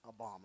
Obama